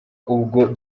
ubwo